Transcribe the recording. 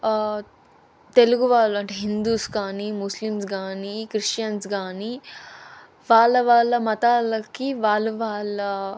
తెలుగువాళ్ళు అంటే హిందూస్ కానీ ముస్లింస్ కానీ క్రిస్టియన్స్ కానీ వాళ్ళ వాళ్ళ మతాలకి వాళ్ళ వాళ్ళ